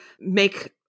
make